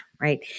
Right